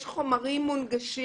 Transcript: יש חומרים מונגשים